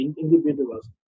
individuals